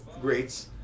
greats